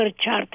chart